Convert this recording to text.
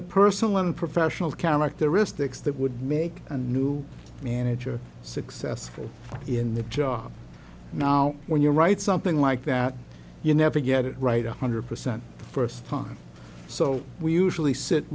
the personal and professional characteristics that would make a new manager successful in the job now when you write something like that you never get it right one hundred percent first time so we usually sit